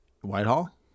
Whitehall